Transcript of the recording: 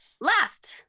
Last